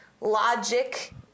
logic